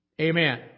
Amen